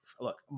look